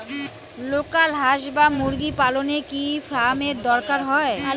Local হাস বা মুরগি পালনে কি ফার্ম এর দরকার হয়?